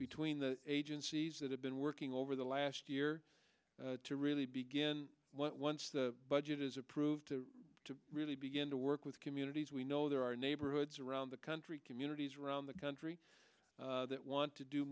between the agencies that have been working over the last year to really begin what once the budget is approved to really begin to work with communities we know there are neighborhoods around the country communities around the country that want to do